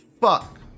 Fuck